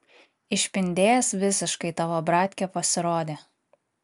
išpindėjęs visiškai tavo bratkė pasirodė